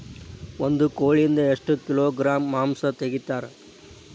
ಒಂದು ಕೋಳಿಯಿಂದ ಎಷ್ಟು ಕಿಲೋಗ್ರಾಂ ಮಾಂಸ ತೆಗಿತಾರ?